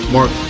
Mark